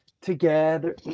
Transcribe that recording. together